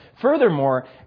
Furthermore